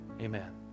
Amen